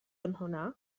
هنا